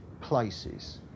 places